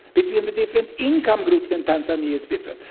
between the different income groups in tanzania it's different.